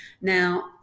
now